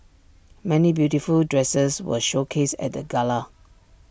many beautiful dresses were showcased at the gala